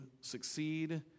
succeed